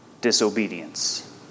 disobedience